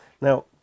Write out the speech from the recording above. Now